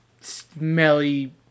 smelly